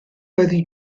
byddi